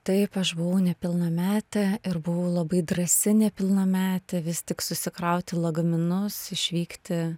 taip aš buvau nepilnametė ir buvau labai drąsi nepilnametė vis tik susikrauti lagaminus išvykti